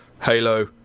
Halo